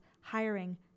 hiring